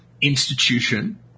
institution